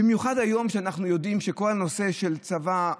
במיוחד היום, כשאנחנו יודעים שכל הנושא של צבא,